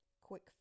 Quick